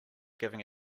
giving